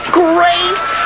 great